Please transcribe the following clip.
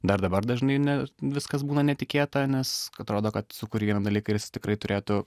dar dabar dažnai ne viskas būna netikėta nes atrodo kad sukuri vieną dalyką ir jis tikrai turėtų